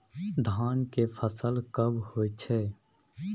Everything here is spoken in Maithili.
धान के फसल कब होय छै?